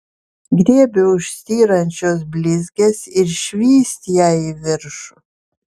griebiu už styrančios blizgės ir švyst ją į viršų